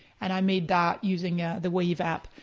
and i made that using ah the wave app.